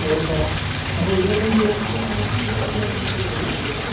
ഓ sir അപ്പോൾ ഇരുപത്തഞ്ച് പേർക്കും ആയിട്ട് ഇരുപത്തയ്യായിരം രൂപ കൊടുക്കാം അല്ലേ സാർ